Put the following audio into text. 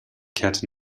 kehrte